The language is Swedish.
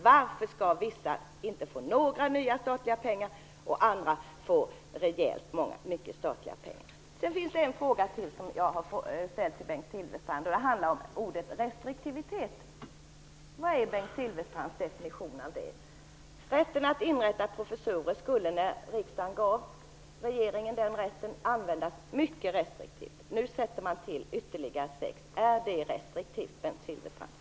Varför skall vissa annars inte få några nya statliga pengar medan andra får rejält mycket statliga pengar? Det finns en fråga till som jag har ställt till Bengt Silfverstrand, och den handlar om ordet restriktivitet. Vad är Bengt Silfverstrands definition av detta ord? Rätten att inrätta professurer skulle, när riksdagen gav regeringen den rätten, användas mycket restriktivt. Nu tillsätter man ytterligare sex stycken. Är det restriktivt, Bengt Silfverstrand?